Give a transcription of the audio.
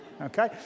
Okay